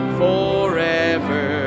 forever